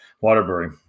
Waterbury